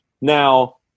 Now